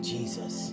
Jesus